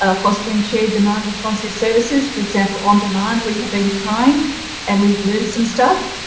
ah fostering shared demand responsive services for example, on demand. we have been trying and we've learned some stuff.